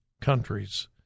countries